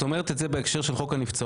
את אומרת את זה בהקשר של חוק הנבצרות?